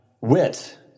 Wit